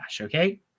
Okay